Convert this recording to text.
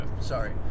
Sorry